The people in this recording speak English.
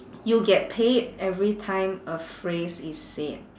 you get paid every time a phrase is said